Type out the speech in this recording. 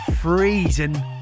freezing